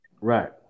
Right